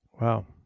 Wow